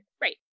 Right